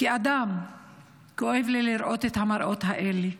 כאדם כואב לי לראות את המראות האלה,